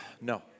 No